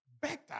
better